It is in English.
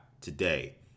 today